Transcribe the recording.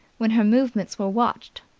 when her movements were watched.